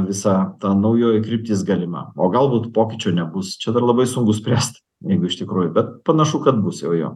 visa ta naujoji kryptis galima o galbūt pokyčio nebus čia dar labai sunku spręst jeigu iš tikrųjų bet panašu kad bus jau jo